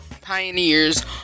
pioneers